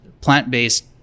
plant-based